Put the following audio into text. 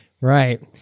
Right